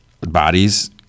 bodies